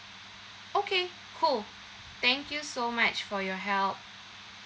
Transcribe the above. okay cool thank you so much for your help